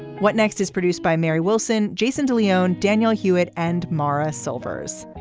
what next is produced by mary wilson, jason de leon, daniel hewitt and maura silvers.